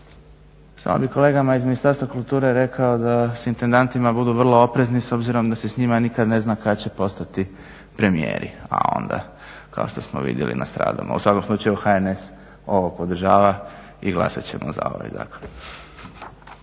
Samo bih kolegama iz Ministarstva kulture rekao da s intendantima budu vrlo oprezni s obzirom da se s njima nikad ne zna kad će postati premijeri, a onda kao što smo vidjeli nastradamo. U svakom slučaju, HNS ovo podržava i glasat ćemo za ovaj zakon.